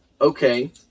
okay